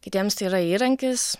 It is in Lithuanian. kitiems tai yra įrankis